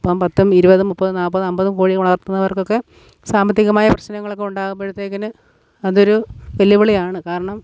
അപ്പം പത്തും ഇരുവതും മുപ്പതും നാൽപ്പതും അമ്പതും കോഴി വളർത്തുന്നവർക്കൊക്കെ സാമ്പത്തികമായ പ്രശ്നങ്ങളൊക്കെ ഉണ്ടാകുമ്പോഴത്തേക്കിന് അതൊരു വെല്ലുവിളിയാണ് കാരണം